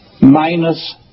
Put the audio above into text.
minus